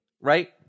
Right